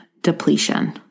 depletion